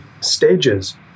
stages